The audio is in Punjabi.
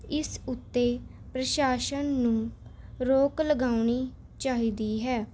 ਇਸ ਉੱਤੇ ਪ੍ਰਸ਼ਾਸਨ ਨੂੰ ਰੋਕ ਲਗਾਉਣੀ ਚਾਹੀਦੀ ਹੈ